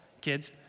Kids